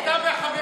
אתה והחברים שלך.